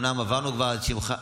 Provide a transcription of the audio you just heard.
אומנם כבר עברנו את שמך,